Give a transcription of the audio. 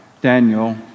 Daniel